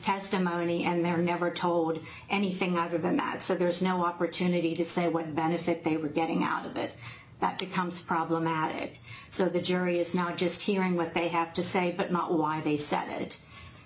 testimony and they're never told anything other than that so there is no opportunity to say what benefit they were getting out of it that becomes problematic so the jury is not just hearing what they have to say but not why they set it